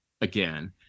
again